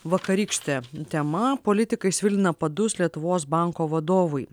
vakarykštė tema politikai svilina padus lietuvos banko vadovui